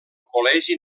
col·legi